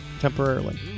temporarily